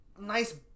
nice